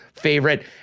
favorite